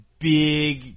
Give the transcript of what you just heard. big